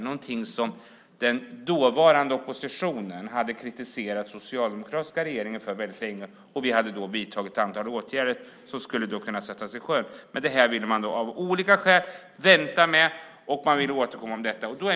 Där hade den tidigare oppositionen väldigt länge kritiserat den socialdemokratiska regeringen. Vi hade därför ett antal åtgärder som skulle sättas i sjön. Men av olika skäl ville man vänta med det och återkomma till det.